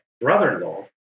brother-in-law